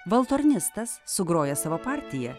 valtornistas sugrojęs savo partiją